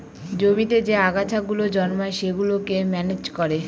জমিতে যে আগাছা গুলো জন্মায় সেগুলোকে ম্যানেজ করে